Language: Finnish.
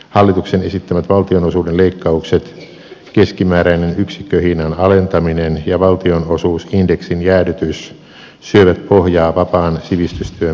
hallituksen esittämät valtionosuuden leikkaukset keskimääräisen yksikköhinnan alentaminen ja valtionosuusindeksin jäädytys syövät pohjaa vapaan sivistystyön perusrahoitukselta